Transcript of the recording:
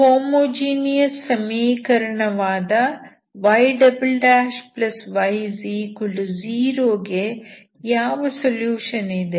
homogeneous ಸಮೀಕರಣವಾದ yy0 ಗೆ ಯಾವ ಸೊಲ್ಯೂಷನ್ ಇದೆ